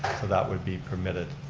so that would be permitted.